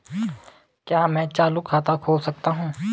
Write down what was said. क्या मैं चालू खाता खोल सकता हूँ?